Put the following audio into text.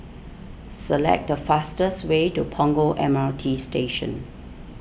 select the fastest way to Punggol M R T Station